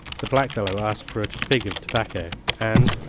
the blackfellow asked for a fig of tobacco, and,